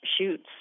shoots